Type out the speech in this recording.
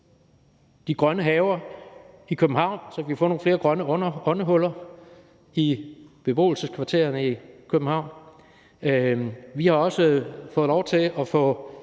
de grønne haver i København, så vi kan få nogle flere grønne åndehuller i beboelseskvartererne i København. Vi har også fået lov til at få